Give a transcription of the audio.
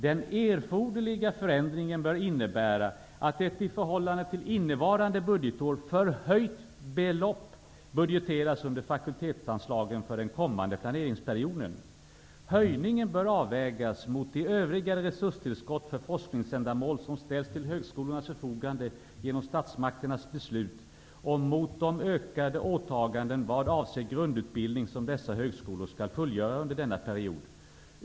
Den erforderliga förändringen bör innebära att ett i förhållande till innevarande budgetår förhöjt belopp budgeteras under fakultetsanslagen för den kommande planeringsperioden. Höjningen bör avvägas mot de övriga resurstillskott för forskningsändamål som ställs till högskolornas förfogande genom statsmakternas beslut och mot de ökade åtaganden vad avser grundutbildning som dessa högskolor skall fullgöra under denna period.